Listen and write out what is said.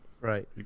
Right